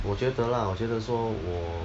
我觉得 lah 我觉得说